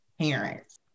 parents